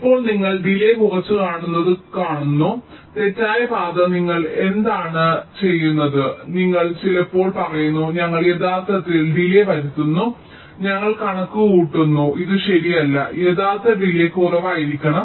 ഇപ്പോൾ നിങ്ങൾ ഡിലേയ് കുറച്ചുകാണുന്നത് കാണുന്നു തെറ്റായ പാത നിങ്ങൾ എന്താണ് ചെയ്യുന്നത് ഞങ്ങൾ ചിലപ്പോൾ പറയുന്നു ഞങ്ങൾ യഥാർത്ഥത്തിൽ ഡിലേയ് വരുത്തുന്നു ഞങ്ങൾ കണക്കുകൂട്ടുന്നു ഇത് ശരിയല്ല യഥാർത്ഥ ഡിലേയ് കുറവായിരിക്കണം